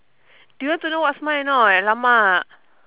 do you want to know what's mine or not !alamak!